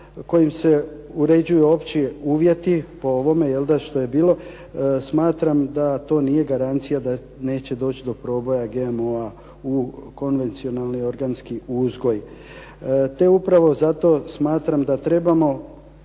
kojim se uređuju opći uvjeti po ovome što je bilo, smatram da to nije garancija da neće doći do proboja GMO-a u konvencionalni organski uzgoj te upravo zato smatram da trebamo